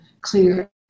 clear